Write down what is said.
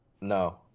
No